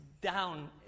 down